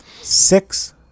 Six